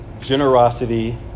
generosity